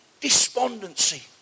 Despondency